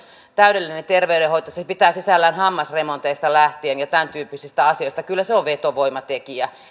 täydellinen terveydenhoito se pitää sisällään kaiken hammasremonteista ja tämäntyyppisistä asioista lähtien kyllä se on vetovoimatekijä